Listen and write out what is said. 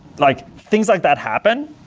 like things like that happen,